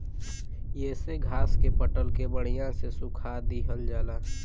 येसे घास के पलट के बड़िया से सुखा दिहल जाला